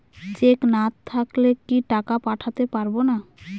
Check না থাকলে কি টাকা পাঠাতে পারবো না?